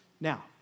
Now